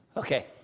Okay